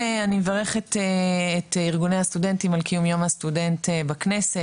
אני מברכת את ארגוני הסטודנטים על קיום יום הסטודנט בכנסת,